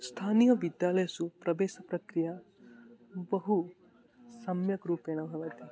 स्थानीयविद्यालयेषु प्रवेशप्रक्रिया बहु सम्यक् रूपेण भवति